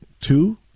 two